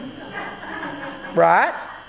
right